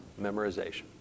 Memorization